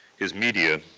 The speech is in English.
his media,